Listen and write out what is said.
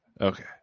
Okay